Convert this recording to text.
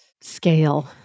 scale